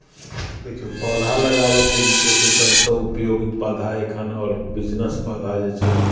देखियौ पौधा लगाबयके जे छै सभसँ उपयोगी पौधा एखन आओर बिजनेस पौधा जे छै